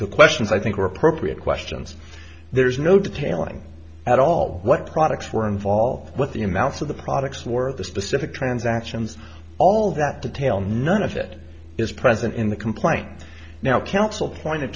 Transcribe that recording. the questions i think are appropriate questions there's no detailing at all what products were involved what the amounts of the products were of the specific transactions all that detail none of it is present in the complaint now counsel pointed